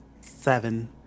Seven